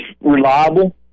reliable